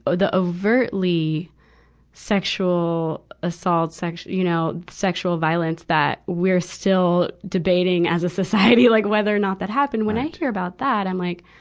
ah the overtly sexual assaults, sex, you know, sexual violence that we're still debating as a society, like whether not that happened. when i heard about that, i'm like,